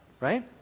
right